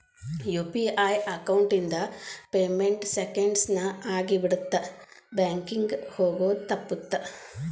UPI account ಇಂದ payment seconds ನ ಆಗಿಬಿಡತ್ತ ಬ್ಯಾಂಕಿಂಗ್ ಹೋಗೋದ್ ತಪ್ಪುತ್ತ